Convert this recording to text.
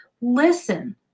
listen